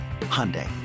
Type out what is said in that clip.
Hyundai